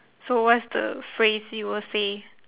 so what's the phrase you will say